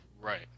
Right